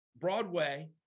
Broadway